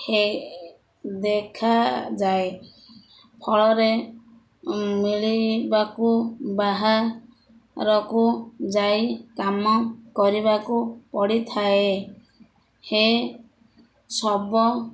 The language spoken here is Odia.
ହେ ଦେଖାଯାଏ ଫଳରେ ମିଳିବାକୁ ବାହାରକୁ ଯାଇ କାମ କରିବାକୁ ପଡ଼ିଥାଏ ହେ ସବୁ